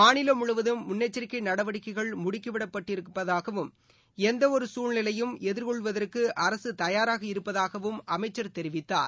மாநிலம் முழுவதும் முன்னெச்சிக்கை நடவடிக்கைகள் முடுக்கிவிடப் பட்டிருப்பதாகவும் எந்த ஒரு சூழ்நிலையையும் எதிர்கொள்வதற்கு அரசு தயாராக இருப்பதாகவும் அமைச்சர் தெரிவித்தார்